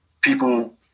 People